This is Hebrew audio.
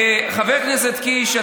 חבר הכנסת קיש,